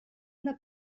una